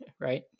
right